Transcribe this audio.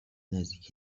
نزدیک